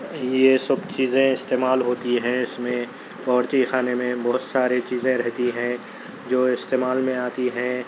یہ سب چیزیں استعمال ہوتی ہیں اِس میں باورچی خانے میں بہت سارے چیزیں رہتی ہیں جو استعمال میں آتی ہیں